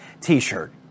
t-shirt